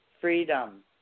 freedom